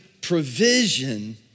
provision